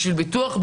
בשביל ביטוח,